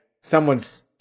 someone's